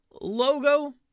logo